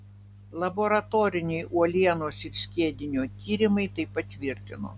laboratoriniai uolienos ir skiedinio tyrimai tai patvirtino